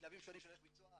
בשלבים שונים של הליך ביצוע,